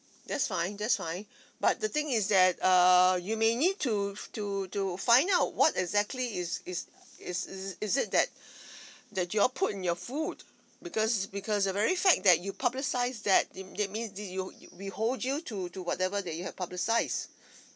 that's fine that's fine but the thing is that err you may need to to to find out what exactly is is is is is it that that y'all put in your food because because the very fact that you publicised that it that means did you you we hold you to to whatever that you have publicised